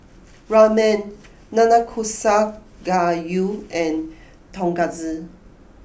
Ramen Nanakusa Gayu and Tonkatsu